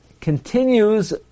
continues